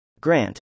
Grant